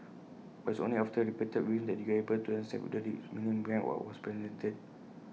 but it's only after repeated viewings that you are able to understand the rich meaning behind what was presented